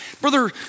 Brother